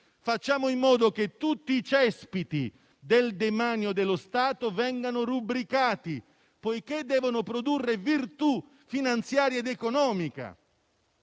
fare in modo che tutti i cespiti del demanio dello Stato vengano rubricati, in quanto devono produrre virtù finanziaria ed economica